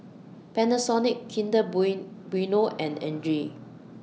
Panasonic Kinder Bueno and Andre